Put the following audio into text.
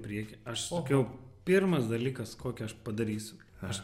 priekį aš sakiau pirmas dalykas kokį aš padarysiu aš